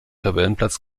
tabellenplatz